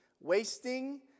Wasting